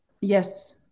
Yes